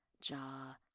jaw